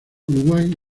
uruguay